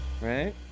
Right